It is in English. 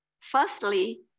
Firstly